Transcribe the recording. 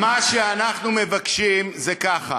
מה שאנחנו מבקשים זה ככה: